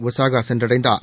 Osaka சென்றடைந்தார்